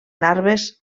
larves